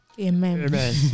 amen